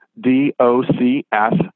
D-O-C-S